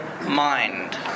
mind